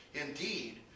Indeed